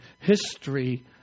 history